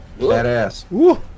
Badass